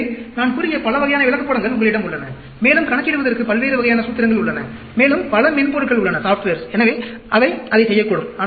எனவே நான் கூறிய பல வகையான விளக்கப்படங்கள் உங்களிடம் உள்ளன மேலும் கணக்கிடுவதற்கு பல்வேறு வகையான சூத்திரங்கள் உள்ளன மேலும் பல மென்பொருட்கள் உள்ளன அவை அதைச் செய்யக்கூடும்